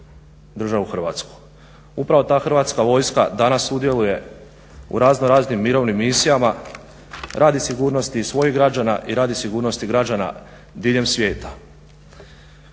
državu Hrvatsku. Upravo ta Hrvatska vojska danas sudjeluje u razno raznim mirovnim misijama radi sigurnosti i svojih građana i radi sigurnosti građana diljem svijeta.